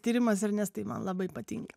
tyrimas ernestai man labai patinka